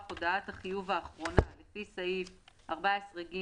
הודעת החיוב האחרונה לפי סעיף 14ג(ג),